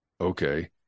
okay